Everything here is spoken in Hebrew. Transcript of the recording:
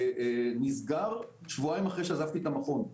שנסגר שבועיים אחרי שעזבתי את המכון.